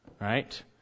Right